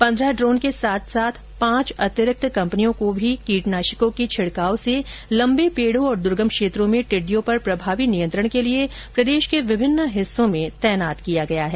पंद्रह ड्रोन के साथ पांच अतिरिक्त कंपनियों को भी कीटनाशकों के छिड़काव से लंबे पेड़ों और द्र्गम क्षेत्रों में टिड़िडयों पर प्रभावी नियंत्रण के लिए प्रदेश के विभिन्न हिस्सों में तैनात किया गया है